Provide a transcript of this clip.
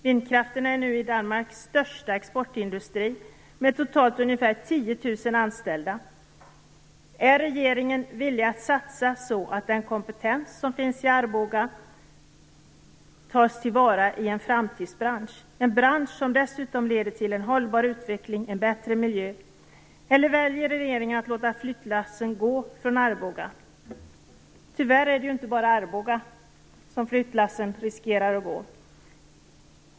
Vindkraften är nu Danmarks största exportindustri med totalt ca 10 000 anställda. Är regeringen villig att satsa så att den kompetens som finns i Arboga tas till vara i en framtidsbransch, en bransch som dessutom leder till en hållbar utveckling och till en bättre miljö? Eller väljer regeringen att låta flyttlassen gå från Arboga? Tyvärr är det inte bara från Arboga som flyttlassen riskerar att gå.